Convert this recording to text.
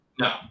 No